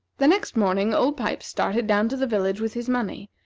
the next morning old pipes started down to the village with his money,